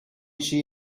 she